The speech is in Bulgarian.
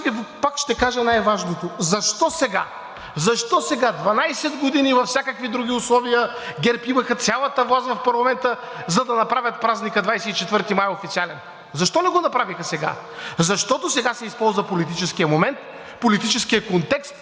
пак ще кажа най-важното, защо сега? Защо сега – 12 години във всякакви други условия ГЕРБ имаха цялата власт в парламента, за да направят празника 24 май национален? Защо не го направиха, а сега? Защото сега се използва политическият момент, политическият контекст,